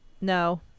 no